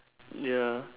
ya